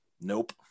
nope